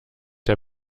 der